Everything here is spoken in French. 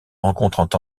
rencontrent